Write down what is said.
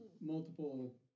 multiple